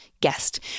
guest